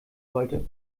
sollte